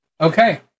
Okay